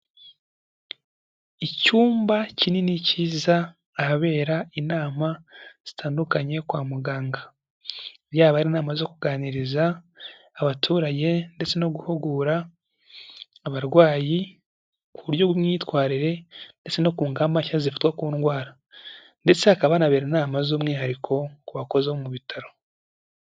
Icyumba kinini cyiza ahabera inama zitandukanye kwa muganga, yaba ari inama zo kuganiriza abaturage ndetse no guhugura abarwayi, ku buryo bw'imyitwarire ndetse no ku ngamba nshya zifatwa ku ndwara ndetse hakaba hanabera inama z'umwihariko ku bakozi bo mu bitaro.